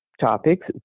topics